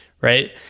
Right